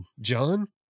John